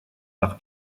par